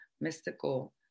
mystical